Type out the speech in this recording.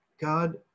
God